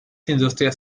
industrias